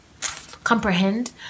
comprehend